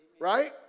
Right